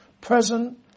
present